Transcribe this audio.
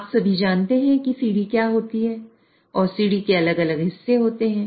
आप सभी जानते हैं कि सीढ़ी क्या होती है और सीढ़ी के अलग अलग हिस्से होते हैं